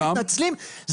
מתנצלים.